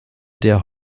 der